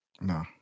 No